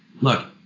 look